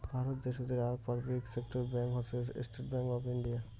ভারত দ্যাশোতের আক public sector bank হসে স্টেট্ ব্যাঙ্ক অফ ইন্ডিয়া